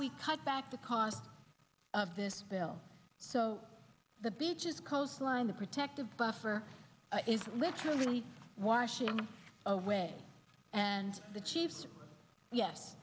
we cut back the cost of this bill so the beaches coastline the protective buffer is literally washing away and the chiefs yes